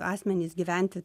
asmenys gyventi